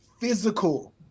physical